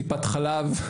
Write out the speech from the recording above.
טיפת חלב,